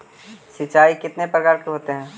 सिंचाई कितने प्रकार के होते हैं?